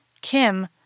Kim